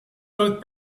both